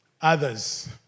Others